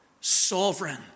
sovereign